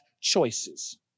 choices